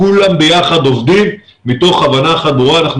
כולם ביחד עובדים מתוך הבנה אחת ברורה והיא